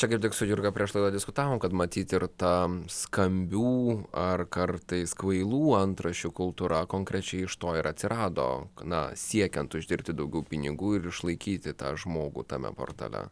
čia kaip tik su jurga prieš tai diskutavom kad matyt ir tam skambių ar kartais kvailų antraščių kultūra konkrečiai iš to ir atsirado na siekiant uždirbti daugiau pinigų ir išlaikyti tą žmogų tame portale